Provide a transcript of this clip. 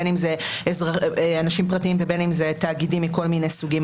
בין אם זה אנשים פרטיים ובין אם זה תאגידים מכל מיני סוגים.